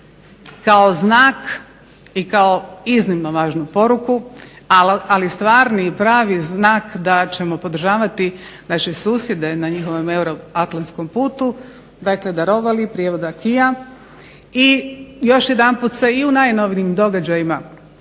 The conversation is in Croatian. kao znak i kao iznimno važnu poruku ali stvarni i pravi znak da ćemo podržavati naše susjede na njihovom euroatlantskom putu, dakle darovali prijevod acquisa. I još jedanput sa najnovijim događajima